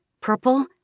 Purple